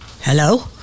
Hello